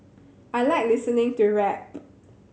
I like listening to rap